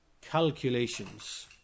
calculations